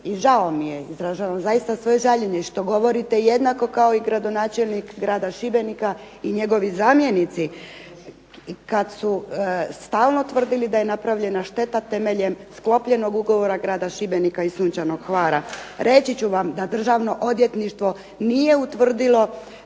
i žao mi je, izražavam zaista svoje žaljenje što govorite jednako kao i gradonačelnik grada Šibenika i njegovi zamjenici kad su stvarno tvrdili da je napravljena šteta temeljem sklopljenog ugovora grada Šibenika i Sunčanog Hvara. Reći ću vam da Državno odvjetništvo nije utvrdilo